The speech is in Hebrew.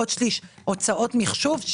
עוד שליש להוצאות מחשוב.